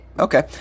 Okay